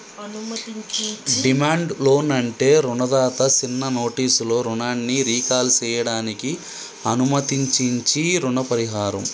demand loan అంటే రుణదాత సిన్న నోటీసులో రుణాన్ని రీకాల్ సేయడానికి అనుమతించించీ రుణ పరిహారం